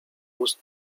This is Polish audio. ust